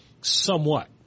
somewhat